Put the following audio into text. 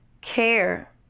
Care